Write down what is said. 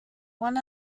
one